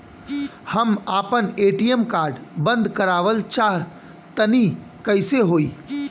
हम आपन ATM card बंद करावल चाह तनि कइसे होई?